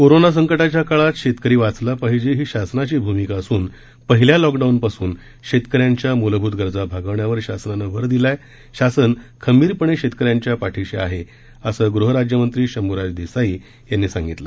corona संकटाच्या काळात शेतकरी वाचला पाहिजे ही शासनाची भूमिका असून पहिल्या लॉकडाऊनपासून शेतकऱ्यांच्या मुलभूत गरजा भागवण्यावर शासनानं भर दिला आहे शासन खंबीरपणे शेतकऱ्यांच्या पाठीशी आहे असं गृह राज्यमंत्री शंभूराज देसाई यांनी सांगितलं